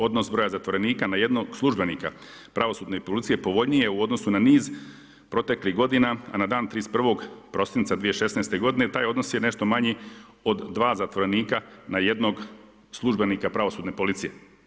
Odnos broja zatvorenika na jednog službenika pravosudne policije povoljnije je u odnosu na niz proteklih godina, a na dan 31. prosinca 2016. godine taj odnos je nešto manji od 2 zatvorenika na jednog službenika pravosudne policije.